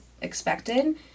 expected